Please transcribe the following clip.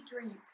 drink